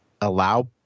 allow